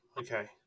Okay